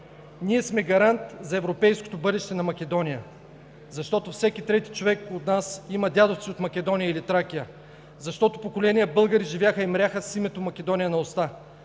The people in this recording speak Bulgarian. Ние сме гарант за европейското бъдеще на Македония, защото всеки трети човек от нас има дядовци от Македония или Тракия, защото поколения българи живяха и мряха с името Македония на уста,